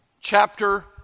chapter